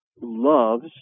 loves